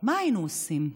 מה היינו עושים?